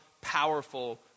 powerful